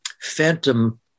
phantom